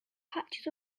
patches